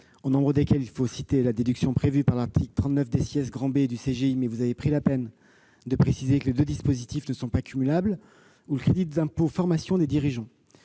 au nombre desquels il faut citer la déduction prévue par l'article 39 B du code général des impôts, mais vous avez pris la peine de préciser que les deux dispositifs ne sont pas cumulables, ou le crédit d'impôt formation des dirigeants.